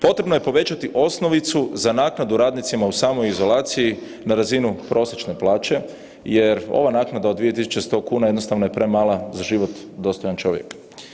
Potrebno je povećati osnovicu za naknadu radnicima u samoizolaciji na razinu prosječne plaće jer ova naknada od 2.100 kuna jednostavno je premala za život dostojan čovjeka.